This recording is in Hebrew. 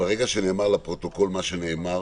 ברגע שנאמר לפרוטוקול מה שנאמר